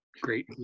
great